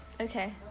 Okay